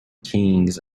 kings